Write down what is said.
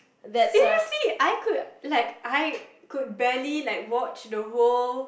seriously I could like I could barely like watch the whole